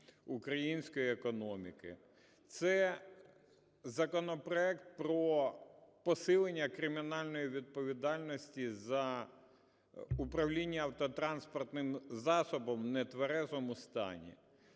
української економіки. Це законопроект про посилення кримінальної відповідальності за управління автотранспортним засобом в нетверезому стані.